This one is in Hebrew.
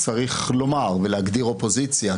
צריך לומר ולהגדיר אופוזיציה,